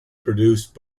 produced